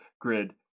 grid